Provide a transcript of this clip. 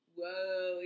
whoa